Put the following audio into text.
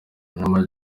ama